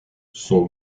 son